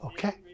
Okay